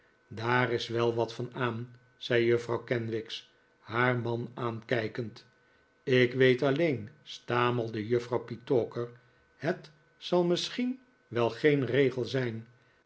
daar is wel wat van aan zei juffrouw kenwigs haar man aankijkend ik weet alleen stamelde juffrouw petowker het zal misschien wel geen regel zijn